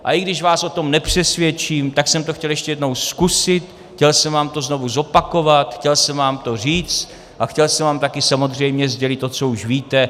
A i když vás o tom nepřesvědčím, tak jsem to chtěl ještě jednou zkusit, chtěl jsem vám to znovu zopakovat, chtěl jsem vám to říct a chtěl jsem vám také samozřejmě sdělit to, co už víte.